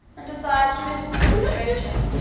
and desired admittance for a stranger,